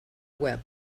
web